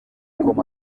com